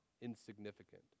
insignificant